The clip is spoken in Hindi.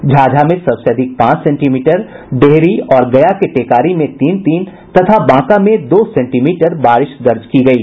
झाझा में सबसे अधिक पांच सेंटीमीटर डेहरी और गया के टेकारी में तीन तीन तथा बांका में दो सेंटीमीटर बारिश दर्ज की गयी